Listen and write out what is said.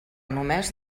només